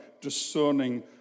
discerning